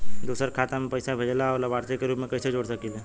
दूसरे के खाता में पइसा भेजेला और लभार्थी के रूप में कइसे जोड़ सकिले?